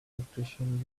electrician